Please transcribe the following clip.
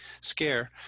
scare